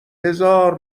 هزار